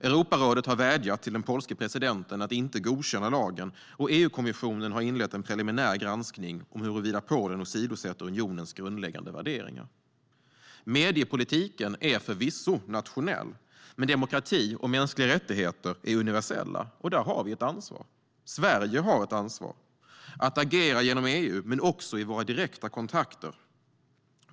Europarådet har vädjat till den polske presidenten att inte godkänna lagen, och EU-kommissionen har inlett en preliminär granskning om huruvida Polen åsidosätter unionens grundläggande värderingar. Mediepolitiken är förvisso nationell, men demokrati och mänskliga rättigheter är universella, och där har vi ett ansvar. Sverige har ett ansvar för att agera genom EU men också i våra direkta kontakter.